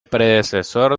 predecesor